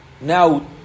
now